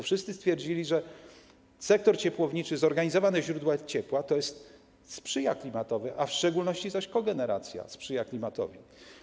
Wszyscy stwierdzili, że sektor ciepłowniczy, że zorganizowane źródła ciepła sprzyjają klimatowi, w szczególności zaś kogeneracja sprzyja klimatowi.